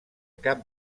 cap